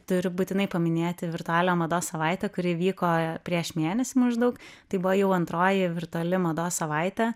turiu būtinai paminėti virtualią mados savaitę kuri vyko prieš mėnesį maždaug taip buvo jau antroji virtuali mados savaitę